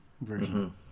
version